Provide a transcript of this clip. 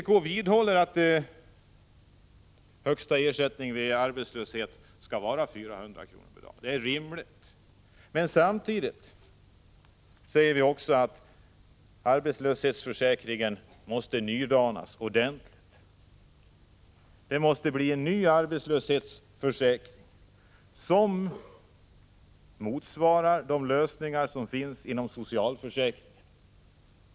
Vpk vidhåller att högsta ersättning vid arbetslöshet skall vara 400 kr. per dag — det är rimligt. Samtidigt säger vi att arbetslöshetsförsäkringen måste nydanas ordentligt. Det måste bli en ny arbetslöshetsförsäkring som motsvarar de lösningar som finns inom socialförsäkringen.